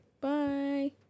Bye